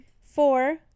four